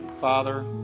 Father